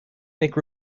make